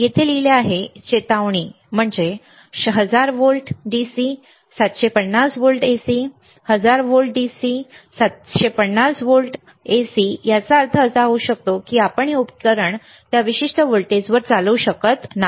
येथे लिहिले आहे चेतावणी म्हणजे 1000 volt DC 750 volt AC 1000 volt DC 750 volt AC याचा अर्थ असा होऊ शकतो की आपण हे उपकरण त्या विशिष्ट व्होल्टेजवर चालवू शकत नाही